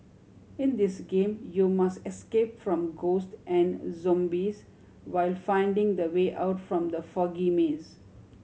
in this game you must escape from ghosts and zombies while finding the way out from the foggy maze